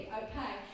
okay